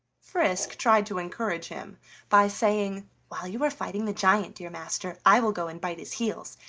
frisk tried to encourage him by saying while you are fighting the giant, dear master, i will go and bite his heels,